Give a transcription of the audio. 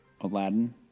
Aladdin